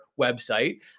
website